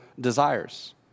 desires